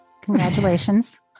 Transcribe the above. congratulations